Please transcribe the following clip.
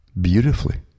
Beautifully